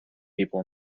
people